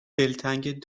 دلتنگ